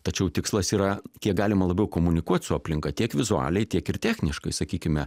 tačiau tikslas yra kiek galima labiau komunikuot su aplinka tiek vizualiai tiek ir techniškai sakykime